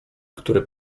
które